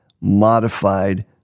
modified